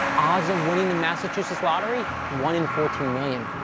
odds of winning the massachusetts lottery one in fourteen million.